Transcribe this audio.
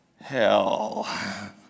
Hell